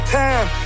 time